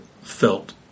felt